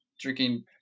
drinking